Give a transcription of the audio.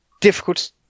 difficult